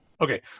okay